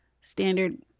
standard